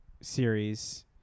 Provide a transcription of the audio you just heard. series